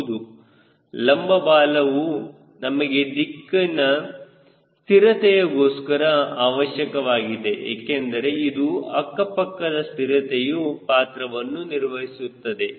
ಹೌದು ಲಂಬ ಬಾಲವು ನಮಗೆ ದಿಕ್ಕಿನ ಸ್ಥಿರತೆಯಗೋಸ್ಕರ ಅವಶ್ಯಕವಾಗಿದೆ ಏಕೆಂದರೆ ಇದು ಅಕ್ಕಪಕ್ಕದ ಸ್ಥಿರತೆಯಲ್ಲಿಯು ಪಾತ್ರವನ್ನು ನಿರ್ವಹಿಸುತ್ತದೆ